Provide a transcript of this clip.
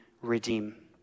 redeem